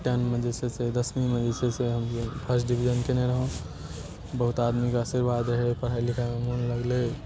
टेनमे जे छै से दसमीमे जे छै से फर्स्ट डिवीजन केने रहौं बहुत आदमीके आशीर्वाद रहै ओइ पढ़ाइ लिखाइमे मोन लगलै